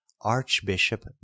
archbishop